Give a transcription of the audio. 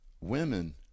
Women